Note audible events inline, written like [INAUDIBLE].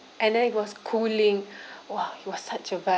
and then it was cooling [BREATH] !wah! was such a vibe